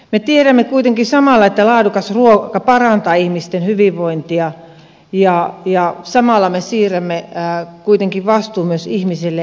me tiedämme kuitenkin samalla että laadukas ruoka parantaa ihmisten hyvinvointia ja samalla me siirrämme kuitenkin vastuun myös ihmisille itselleen